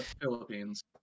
Philippines